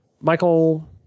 Michael